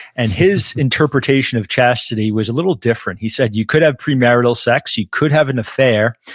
and his interpretation of chastity was a little different. he said you could have premarital sex. you could have an affair,